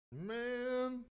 man